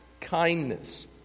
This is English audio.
kindness